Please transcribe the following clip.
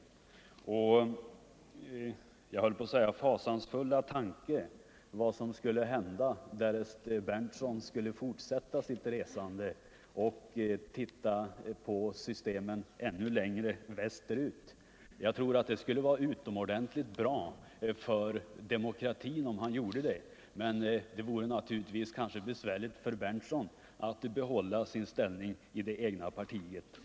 Fasansfulla tanke, höll jag på att säga, vad skulle hända därest herr Berndtson skulle fortsätta sitt resande och titta på systemen ännu längre västerut? Jag tror att det skulle vara utomordentligt bra för demokratin om han gjorde det, men det vore naturligtvis besvärligt för herr Berndtson att behålla sin ställning i det egna partiet.